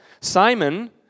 Simon